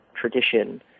tradition